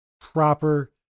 proper